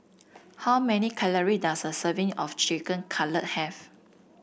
how many calory does a serving of Chicken Cutlet have